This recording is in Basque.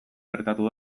gertatu